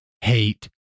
hate